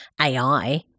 AI